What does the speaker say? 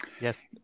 Yes